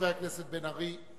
חבר הכנסת בן-ארי.